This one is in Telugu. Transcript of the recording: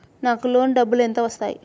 నాకు లోన్ డబ్బులు ఎంత వస్తాయి?